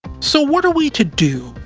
so what are we to do?